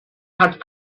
had